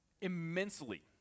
immensely